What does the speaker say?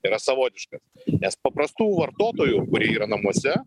yra savotiškas nes paprastų vartotojų kurie yra namuose